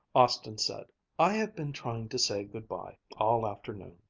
austin said i have been trying to say good-bye all afternoon.